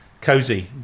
cozy